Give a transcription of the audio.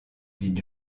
dit